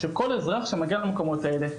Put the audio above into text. שכל אזרח שמגיע למקומות האלה,